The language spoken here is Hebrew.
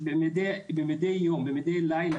גם את הייבוש של הביצות צריך לעשות בהתאם לכללים,